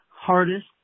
hardest